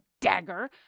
dagger